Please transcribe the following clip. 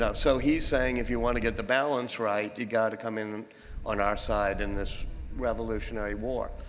um so he's saying, if you want to get the balance right, you've got to come in on our side in this revolutionary war.